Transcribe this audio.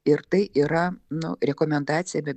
ir tai yra nu rekomendacija be